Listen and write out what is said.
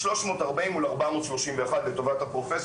340 מול 431 לטובת הפרופ',